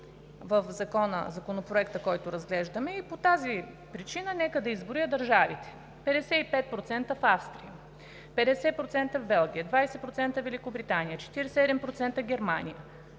в Законопроекта, който разглеждаме. По тази причина нека да изброя държавите: 55% в Австрия, 50% в Белгия, 20% във Великобритания, 47% в Германия,